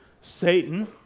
Satan